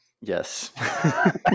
Yes